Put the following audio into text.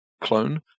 clone